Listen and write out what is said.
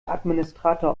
administrator